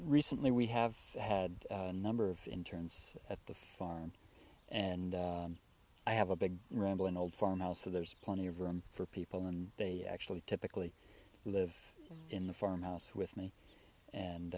recently we have had a number of interns at the farm and i have a big rambling old farmhouse so there's plenty of room for people and they actually typically live in the farmhouse with me and